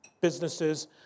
businesses